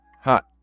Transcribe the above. Hot